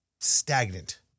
stagnant